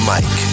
Mic